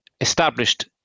established